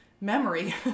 memory